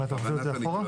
מה, אתה מחזיר אותי אחורה?